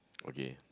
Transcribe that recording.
okay